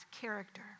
character